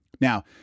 Now